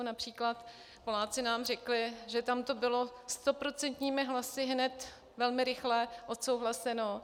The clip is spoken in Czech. Například Poláci nám řekli, že tam to bylo stoprocentními hlasy hned velmi rychle odsouhlaseno.